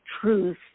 truth